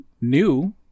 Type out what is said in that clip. new